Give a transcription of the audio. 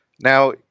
Now